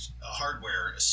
hardware